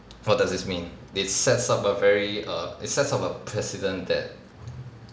what does this mean it sets up a very err it sets up a precedent that